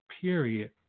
period